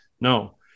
No